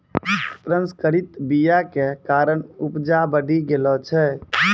प्रसंकरित बीया के कारण उपजा बढ़ि गेलो छै